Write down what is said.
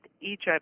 Egypt